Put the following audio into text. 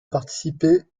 participé